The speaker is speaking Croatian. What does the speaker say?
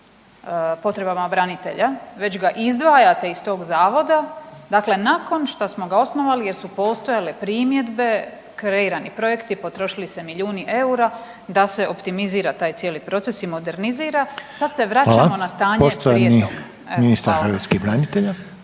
Hvala. Poštovani ministar hrvatskih branitelja.